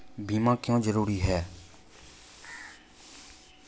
बीमा क्यों जरूरी हैं?